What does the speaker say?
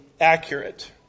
accurate